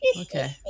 Okay